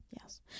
Yes